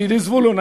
ידידי זבולון,